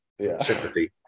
sympathy